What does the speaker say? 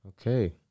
Okay